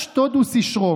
אתה יודע, אדוני היושב-ראש,